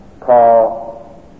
call